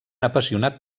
apassionat